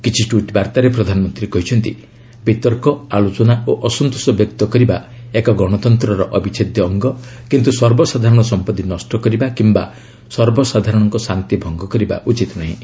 କିଛି ଟ୍ୱିଟ୍ ବାର୍ତ୍ତାରେ ପ୍ରଧାନମନ୍ତ୍ରୀ କହିଛନ୍ତି ବିତର୍କ ଆଲୋଚନା ଓ ଅସନ୍ତୋଷ ବ୍ୟକ୍ତ କରିବା ଏକ ଗଣତନ୍ତ୍ରର ଅବିଚ୍ଛେଦ୍ୟ ଅଙ୍ଗ କିନ୍ତୁ ସର୍ବସାଧାରଣ ସମ୍ପତ୍ତି ନଷ୍ଟ କରିବା କିମ୍ବା ସର୍ବସାଧାରଣତଃ ଶାନ୍ତି ଭଙ୍ଗ କରିବା ଉଚିତ୍ ନୁହେଁ